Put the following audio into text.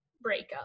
breakup